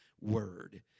word